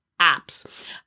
apps